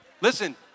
listen